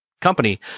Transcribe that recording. company